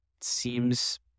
seems